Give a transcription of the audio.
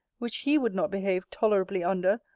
which he would not behave tolerably under,